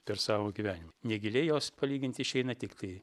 per savo gyvenim negiliai jos palyginti išeina tiktai